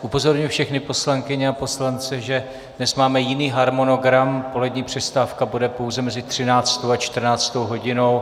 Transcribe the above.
Upozorňuji všechny poslankyně a poslance, že dnes máme jiný harmonogram, polední přestávka bude pouze mezi 13. a 14. hodinou.